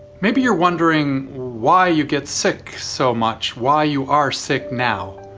maybe you're wondering why you get sick so much. why you are sick now.